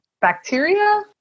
bacteria